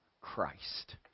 Christ